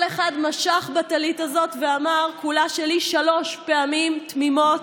כל אחד משך בטלית הזאת ואמר "כולה שלי" שלוש פעמים תמימות,